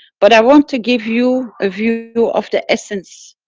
but i want to give you a view of the essence.